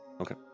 Okay